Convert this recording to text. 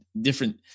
different